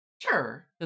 sure